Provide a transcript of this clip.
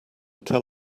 tell